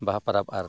ᱵᱟᱦᱟ ᱯᱚᱨᱚᱵᱽ ᱟᱨ